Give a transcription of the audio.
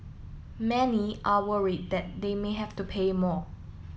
many are worried that they may have to pay more